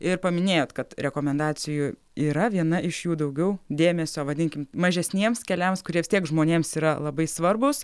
ir paminėjot kad rekomendacijų yra viena iš jų daugiau dėmesio vadinkim mažesniems keliams kurie vis tiek žmonėms yra labai svarbūs